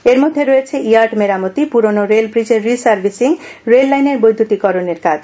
এর মধ্যে রয়েছে ইয়ার্ড মেরামতি পুরানো রেল রিজের রি সর্ভিসিং রেললাইনের বৈদ্যুতিকরণের কাজ